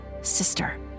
sister